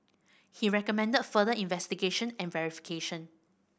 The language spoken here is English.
he recommended further investigation and verification